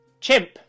Chimp